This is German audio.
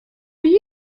jedem